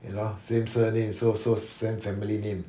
you know the same surname so so same family name